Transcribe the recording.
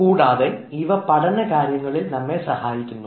കൂടാതെ ഇവ പഠന കാര്യങ്ങളിൽ നമ്മെ സഹായിക്കുന്നു